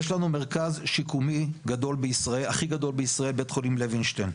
יש לנו מרכז שיקומי גדול בישראל הכי גדול בישראל בית חולים לווינשטיין,